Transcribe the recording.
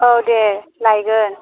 औ दे लायगोन